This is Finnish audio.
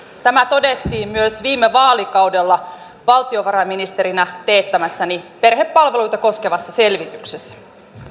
tämä todettiin myös viime vaalikaudella valtiovarainministerinä teettämässäni perhepalveluita koskevassa selvityksessä